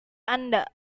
anda